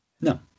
No